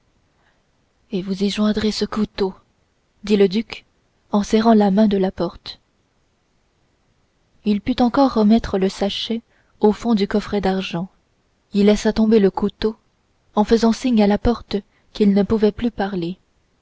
et vous y joindrez ce couteau dit le duc en serrant la main de la porte il put encore mettre le sachet au fond du coffret d'argent y laissa tomber le couteau en faisant signe à la porte qu'il ne pouvait plus parler